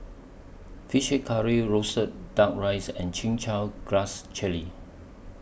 Fish Head Curry Roasted Duck Rice and Chin Chow Grass Jelly